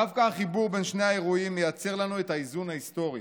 דווקא החיבור בין שני האירועים מייצר לנו את האיזון ההיסטורי,